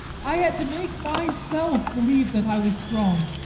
i had to make myself believe that i was strong.